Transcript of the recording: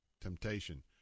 temptation